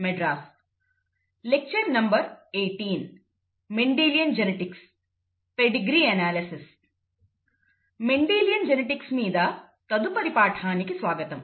Mendelian genetics మీద తదుపరి పాఠానికి స్వాగతం